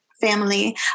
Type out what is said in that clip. family